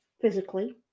physically